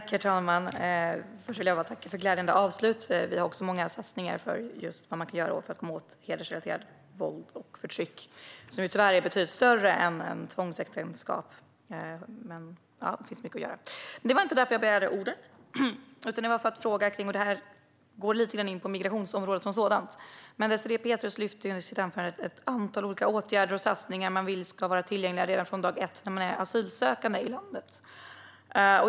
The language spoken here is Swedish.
Herr talman! Låt mig först tacka för ett glädjande avslut. Vi har också många satsningar som gäller hedersrelaterat våld och förtryck, som ju tyvärr är något mycket större än bara tvångsäktenskap. Det finns mycket att göra. Men det var inte därför jag begärde ordet. Min fråga kommer in lite på migrationsområdet. Désirée Pethrus tog ju upp ett antal olika åtgärder och satsningar som man ville ska vara tillgängliga redan från dag ett för dem som är asylsökande i landet.